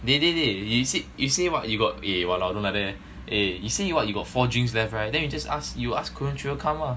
dey dey dey we say is say what]you got eh !walao! don't like that leh eh you say you what you got four drinks left right then you just ask you ask carene choo come ah